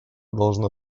должно